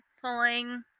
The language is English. pulling